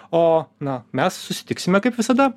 o na mes susitiksime kaip visada